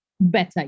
better